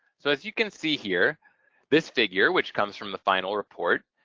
so as you can see here this figure, which comes from the final report,